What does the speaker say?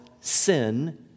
sin